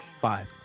Five